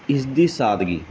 ਇਸਦੀ ਸਾਦਗੀ